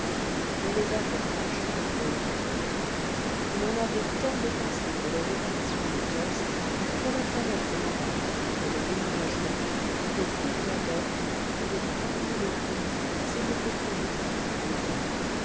mais les affaires d'argent le préoccupaient il en avait tant dépensé pour les réparations de tostes pour les toilettes de madame et pour le déménagement que toute la dot plus de trois mille écus s'était écoulée en deux ans